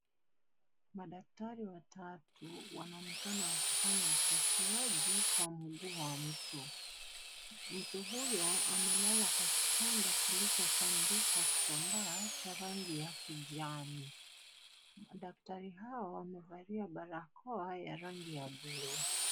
Madaktari watatu wanaonekana wakifanya upasuaji kwa mguu wa mtu. Mtu huyo amelala kwa kitanda kilichotandikwa kitambaa cha rangi ya kijani. Madaktari hawa wamevalia barakoa ya rangi ya bluu.